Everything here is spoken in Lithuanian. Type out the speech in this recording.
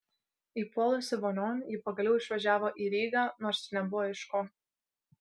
įpuolusi vonion ji pagaliau išvažiavo į rygą nors ir nebuvo iš ko